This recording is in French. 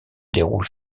déroule